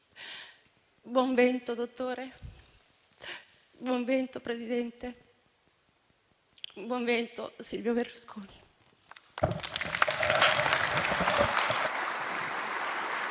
Buon vento, dottore. Buon vento, presidente. Buon vento, Silvio Berlusconi!